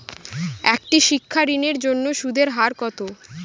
একটি শিক্ষা ঋণের জন্য সুদের হার কত?